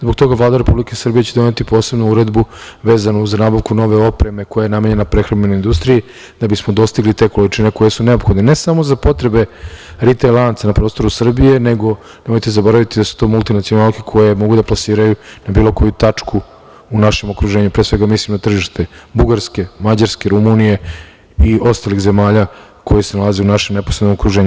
Zbog toga će Vlada Republike Srbije doneti posebnu uredbu vezanu za nabavku nove opreme koje ja namenjena prehrambenoj industriji da bismo dostigli te količine koje su neophodne ne samo za potrebe ritejl lanaca na prostoru Srbije, nego nemojte zaboraviti da su to multinacionalke koje mogu da plasiraju na bilo koju tačku u našem okruženju, pre svega mislim na tržište Bugarske, Mađarske, Rumunije i ostalih zemalja koje se nalaze u našem neposrednom okruženju.